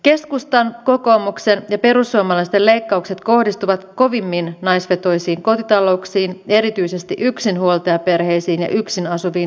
keskustan kokoomuksen ja perussuomalaisten leikkaukset kohdistuvat kovimmin naisvetoisiin kotitalouksiin ja erityisesti yksinhuoltajaperheisiin ja yksin asuviin eläkeläisnaisiin